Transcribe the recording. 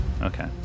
Okay